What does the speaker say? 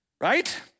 Right